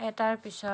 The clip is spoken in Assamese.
এটাৰ পিছৰ